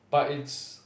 but it's